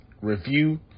review